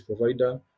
provider